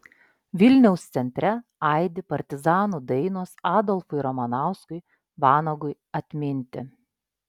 vilniaus centre aidi partizanų dainos adolfui ramanauskui vanagui atminti